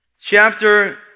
chapter